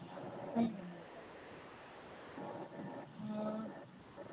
ꯎꯝ ꯑꯣ